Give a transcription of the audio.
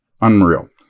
Unreal